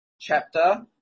chapter